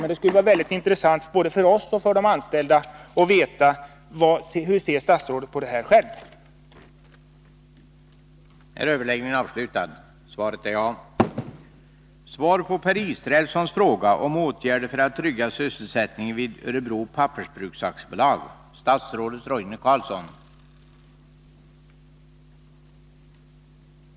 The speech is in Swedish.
Men det skulle vara intressant både för oss och för de anställda att få veta hur statsrådet själv ser på denna sak.